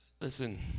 Listen